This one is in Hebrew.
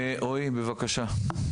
רועי, בבקשה.